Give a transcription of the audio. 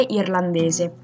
irlandese